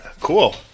Cool